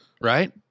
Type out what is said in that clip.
right